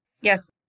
Yes